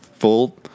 full